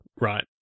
right